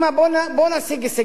בואו נשיג הישגים קטנים.